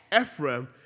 Ephraim